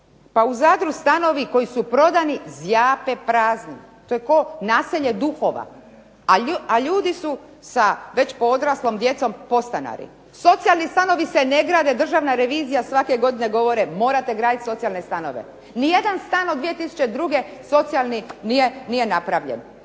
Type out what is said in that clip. Pa u Zadru stanovi koji su prodani zjape prazni, to je kao naselje duhova a ljudi su sa već poodraslom djecom podstanari. Socijalni stanovi se ne grade, državna revizija svake godine govore morate gradit socijalne stanove. Nijedan stan od 2002. socijalni nije napravljen